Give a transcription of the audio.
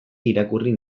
irakurri